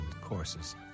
courses